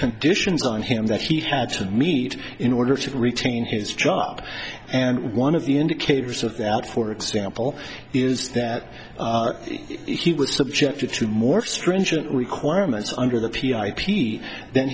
conditions on him that he had to meet in order to retain his job and one of the indicators of that for example is that he was subjected to more stringent requirements under the p i p then